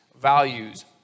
values